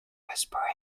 whispering